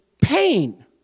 pain